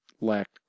lack